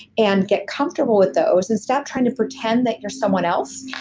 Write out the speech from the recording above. and get comfortable with those and stop trying to pretend that you're someone else.